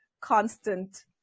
constant